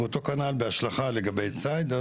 ואותו כנ"ל בהשלכה לגבי ציד.